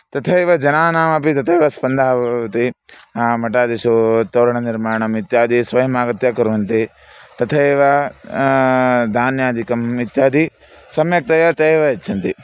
तथैव जनानामपि तथैव स्पन्दः भवति मठादिषु तोरणनिर्माणम् इत्यादि स्वयम् आगत्य कुर्वन्ति तथैव धान्यादिकम् इत्यादि सम्यक्तया ते एव यच्छन्ति